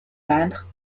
peindre